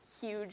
huge